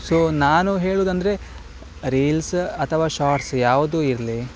so ನಾನು ಹೇಳೋದೆಂದ್ರೆ reels ಅಥವಾ ಶಾರ್ಟ್ಸ್ ಯಾವುದು ಇರಲಿ